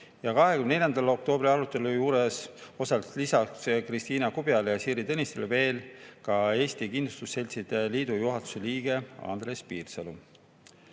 24. oktoobri arutelul osales lisaks Kristiina Kubjale ja Siiri Tõnistele veel ka Eesti Kindlustusseltside Liidu juhatuse liige Andres Piirsalu.